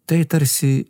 tai tarsi